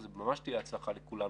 וזו ממש תהיה הצלחה לכולנו,